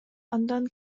андан